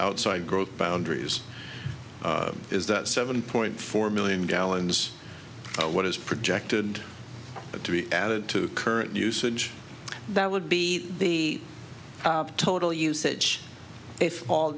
outside growth boundaries is that seven point four million gallons what is projected to be added to current usage that would be the total usage if all